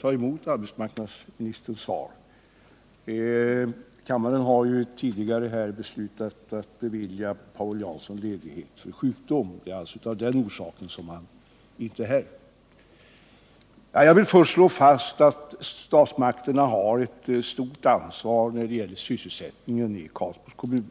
ta emot arbetsmarknadsministerns svar i stället för Paul Jansson. Kammaren har ju tidigare beslutat att bevilja Paul Jansson ledighet på grund av sjukdom. Det är alltså av den orsaken som han inte är här. Jag vill först slå fast att statsmakterna har ett stort ansvar när det gäller sysselsättningen i Karlsborgs kommun.